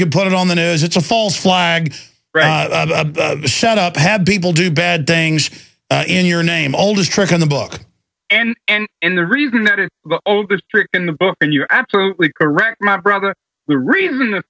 can put it on the nose it's a false flying shut up had people do bad things in your name oldest trick in the book and and and the reason that is the oldest trick in the book and you're absolutely correct my brother the reason the